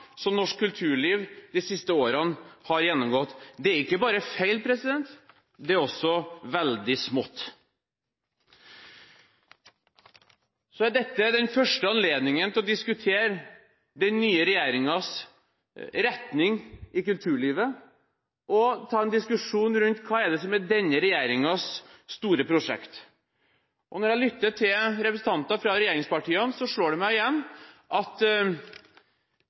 som norsk kulturliv de siste årene har gjennomgått. Det er ikke bare feil, det er også veldig smått. Dette er den første anledningen til å diskutere den nye regjeringens retning i kulturlivet og ta en diskusjon rundt hva det er som er denne regjeringens store prosjekt. Når jeg lytter til representanter fra regjeringspartiene, slår det meg igjen at